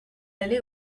allait